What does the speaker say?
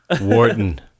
Wharton